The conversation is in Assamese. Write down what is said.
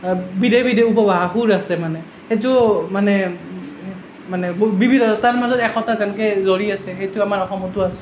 বিধে বিধে উপভাষা সুৰ আছে মানে সেইটো মানে মানে বিভিন্নতাৰ মাজত যেনেকৈ একতাৰ জৰী আছে সেইটো আমাৰ অসমতো আছে